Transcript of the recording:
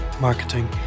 marketing